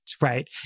right